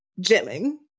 gemming